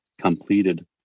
completed